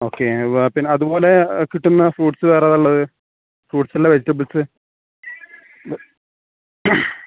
okay പിന്നതുപോലെ കിട്ടുന്ന fruits വേറേതാ ഉള്ളത് ഫ്രൂട്സല്ല വെജിറ്റെബിൾസ്